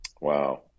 Wow